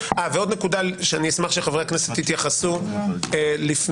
ועוד נקודה שאני אשמח שחברי הכנסת יתייחסו בדבריהם,